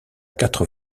quatre